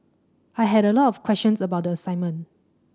I had a lot of questions about the assignment